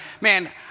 man